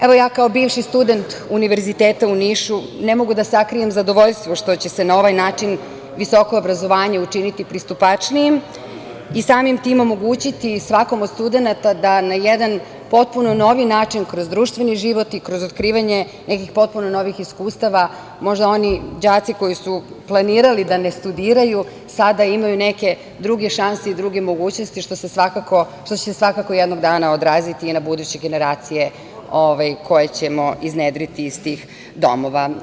Evo, ja kao bivši student univerziteta u Nišu ne mogu da sakrijem zadovoljstvo što će se na ovaj način visoko obrazovanje učiniti pristupačnijim i samim tim omogućiti svakom od studenata da na jedan potpuno novi način, kroz društveni život i kroz otkrivanje nekih potpuno novih iskustava, možda oni đaci koji su planirali da ne studiraju sada imaju druge šanse i druge mogućnosti, što će se svakako jednog dana odraziti i na buduće generacije koje ćemo iznedriti iz tih domova.